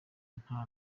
nta